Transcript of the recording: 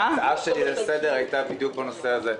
ההצעה שלי לסדר הייתה בדיוק בנושא הזה,